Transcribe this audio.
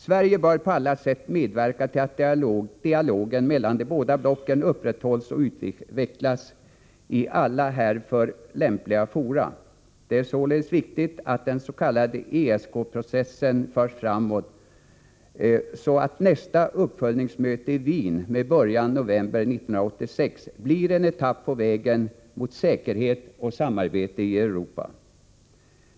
Sverige bör på alla sätt medverka till att dialogen mellan de båda blocken upprätthålls och utvidgas i alla härför lämpliga fora. Det är således viktigt att den s.k. ESK-processen förs framåt, så att nästa uppföljningsmöte i Wien med början i november 1986 blir en etapp på vägen mot säkerhet och samarbete i Europa.